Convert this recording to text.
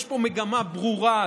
יש פה מגמה ברורה,